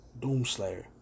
Doomslayer